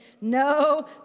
No